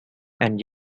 and